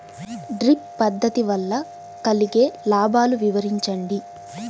Drip పద్దతి వల్ల కలిగే లాభాలు వివరించండి?